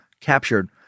captured